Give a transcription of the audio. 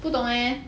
不懂 leh